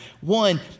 One